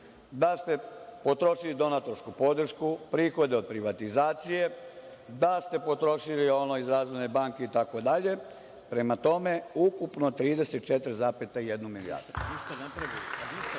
da ste potrošili donatorsku podršku, prihode od privatizacije, da ste potrošili ono iz Razvojne banke Vojvodine, prema tome, ukupno 34,1 milijardu.U